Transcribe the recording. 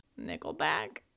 Nickelback